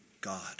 God